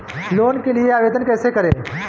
Loan के लिए आवेदन कैसे करें?